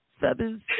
feathers